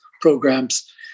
programs